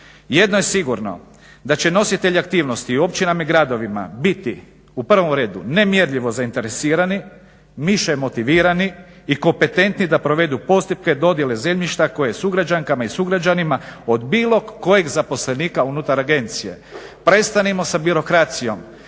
Jedno je sigurno da će nositelj aktivnosti u općinama i gradovima biti u prvom redu nemjerljivo zainteresirani, više motivirani i kompetentni da provedu postupke dodjele zemljišta koje sugrađankama i sugrađanima od bilo kojeg zaposlenika unutar agencije. Prestanimo sa birokracijom